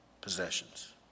possessions